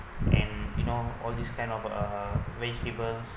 and you know all this kind of uh vegetables